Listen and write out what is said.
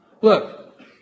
Look